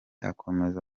akomeza